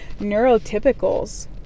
neurotypicals